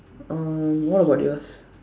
um what about yours